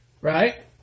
right